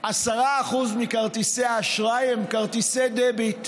10% מכרטיסי האשראי הם כרטיסי דביט.